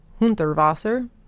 Hunterwasser